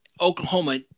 Oklahoma